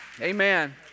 Amen